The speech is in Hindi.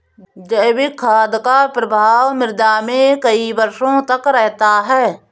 जैविक खाद का प्रभाव मृदा में कई वर्षों तक रहता है